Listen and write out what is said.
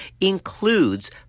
includes